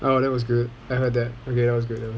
oh that was good I heard that okay that was good that was good